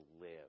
live